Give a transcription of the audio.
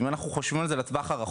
ואם אנחנו חושבים על זה לטווח הרחוק,